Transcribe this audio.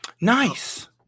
Nice